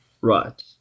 Right